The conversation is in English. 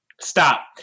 Stop